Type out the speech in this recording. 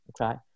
Okay